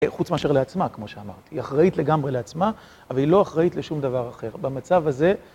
חוץ מאשר לעצמה, כמו שאמרתי. היא אחראית לגמרי לעצמה, אבל היא לא אחראית לשום דבר אחר. במצב הזה...